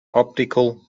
optical